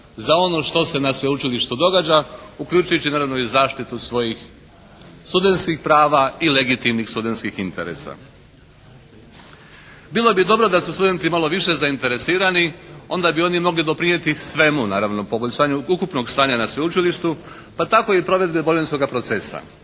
za ono što se na Sveučilištu događa uključujući naravno i zaštitu svojih studentskih prava i legitimnih studentskih interesa. Bilo bi dobro da su studenti malo više zainteresirani. Onda bi oni mogli doprinijeti svemu, naravno poboljšanju ukupnog stanja na Sveučilištu pa tako i provedbe Bolonjskoga procesa.